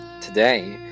today